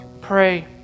Pray